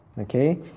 okay